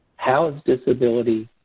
how is disability,